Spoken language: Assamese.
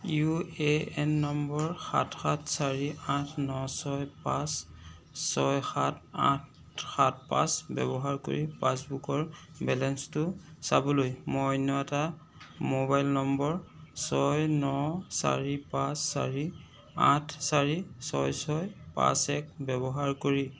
ইউ এ এন নম্বৰ সাত সাত চাৰি আঠ ন ছয় পাঁচ ছয় সাত আঠ সাত পাঁচ ব্যৱহাৰ কৰি পাছবুকৰ বেলেঞ্চটো চাবলৈ মই অন্য এটা মোবাইল নম্বৰ ছয় ন চাৰি পাঁচ চাৰি আঠ চাৰি ছয় ছয় পাঁচ এক ব্যৱহাৰ কৰি